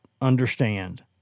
understand